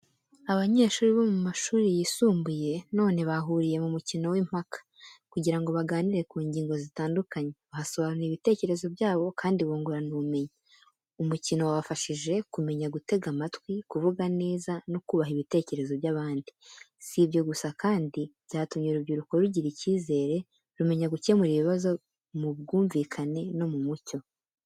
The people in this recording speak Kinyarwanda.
Abanyeshuri bo mu mashuri yisumbuye, none bahuriye mu mukino w’impaka, kugira ngo baganire ku ngingo zitandukanye, basobanuye ibitekerezo byabo kandi bungurana ubumenyi. Umukino wabafashije kumenya gutega amatwi, kuvuga neza no kubaha ibitekerezo by’abandi. Si ibyo gusa kandi byatumye urubyiruko rugira icyizere, rumenya gukemura ibibazo mu bwumvikane no mu mucyo.